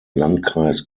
landkreis